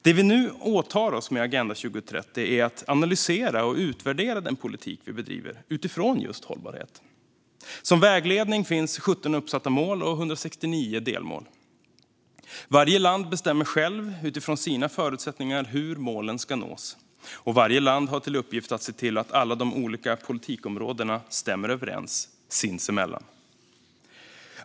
Det vi nu åtar oss med Agenda 2030 är att analysera och utvärdera den politik vi bedriver utifrån just hållbarhet. Som vägledning finns 17 uppsatta mål och 169 delmål. Varje land bestämmer självt utifrån sina förutsättningar hur målen ska nås, och varje land har till uppgift att se till att alla de olika politikområdena stämmer överens sinsemellan.